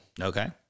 Okay